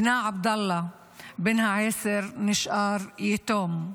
בנה עבדאללה בן העשר נשאר יתום,